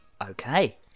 Okay